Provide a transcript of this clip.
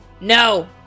No